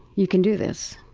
you can do this.